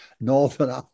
Northern